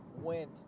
went